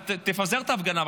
תפזר בבקשה את ההפגנה,